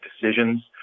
decisions